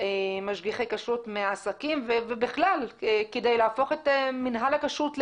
משגיחי כשרות מעסקים ובכלל כדי להפוך את מנהל הכשרות לתקין?